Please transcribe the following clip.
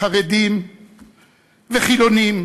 חרדים וחילונים,